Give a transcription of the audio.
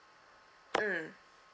mm